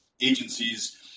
agencies